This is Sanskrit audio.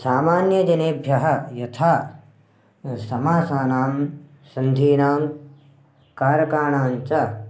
सामान्यजनेभ्यः यथा समासानां सन्धीनां कारकाणां च